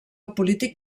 polític